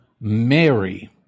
mary